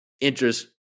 interest